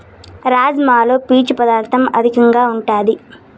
రాజ్మాలో పీచు పదార్ధం అధికంగా ఉంటాది